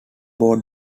board